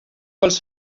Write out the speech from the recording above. pels